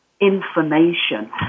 information